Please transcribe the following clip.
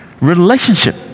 relationship